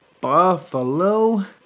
Buffalo